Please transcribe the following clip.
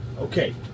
Okay